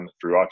throughout